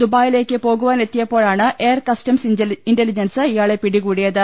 ദുബായിലേക്ക് പോകു വാനെത്തിയപ്പോഴാണ് എയർ കസ്റ്റംസ് ഇന്റലിജൻസ് ഇയാളെ പിടികൂടിയ ത്